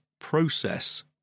process